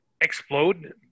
explode